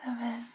seven